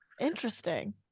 Interesting